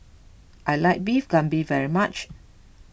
I like Beef Galbi very much